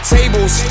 Tables